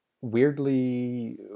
Weirdly